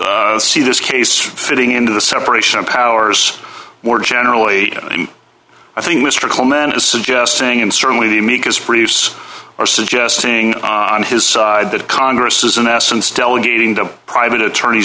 you see this case fitting into the separation of powers more generally i think mr coleman is suggesting and certainly the amicus briefs are suggesting on his side that congress is in essence delegating to private attorney